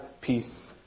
peace